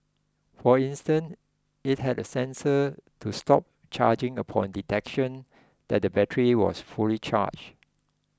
for instance it had a sensor to stop charging upon detection that the battery was fully charged